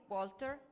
Walter